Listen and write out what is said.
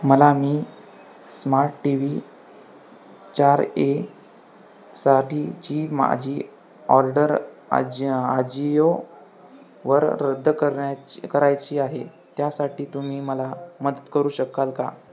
मला मी smart T V चार ए साठीची माझी ऑर्डर आजि आजिओवर रद्द करण्याची करायची आहे त्यासाठी तुम्ही मला मदत करू शकाल का